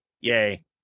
yay